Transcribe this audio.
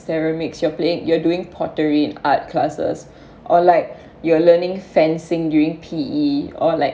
ceramics you're playing you're doing pottery art classes or like you are learning fencing during P_E or like